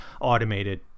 automated